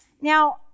Now